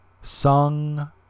Sung